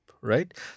right